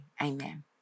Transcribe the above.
amen